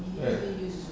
right